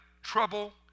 trouble